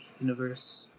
Universe